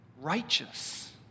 righteous